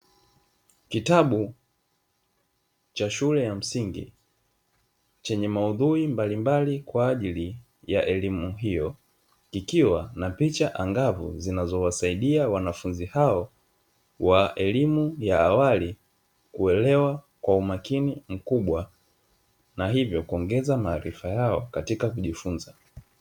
Kitabu cha shule ya msingi chenye maudhui mbalimbali kwa ajili ya elimu hiyo, ikiwa na picha angavu zinazowasaidia wanafunzi hao wa elimu ya awali kuelewa kwa umakini mkubwa na hivyo kuongeza maarifa yao katika kujifunza.